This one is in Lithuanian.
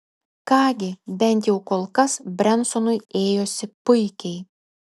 ką gi bent jau kol kas brensonui ėjosi puikiai